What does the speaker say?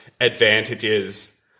advantages